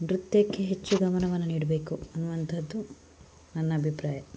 ನೃತ್ಯಕ್ಕೆ ಹೆಚ್ಚು ಗಮನವನ್ನು ನೀಡಬೇಕು ಅನ್ನುವಂತಹದ್ದು ನನ್ನ ಅಭಿಪ್ರಾಯ